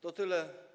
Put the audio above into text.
To tyle.